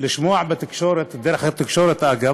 שמענו בתקשורת דרך התקשורת, אגב,